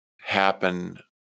happen